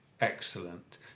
Excellent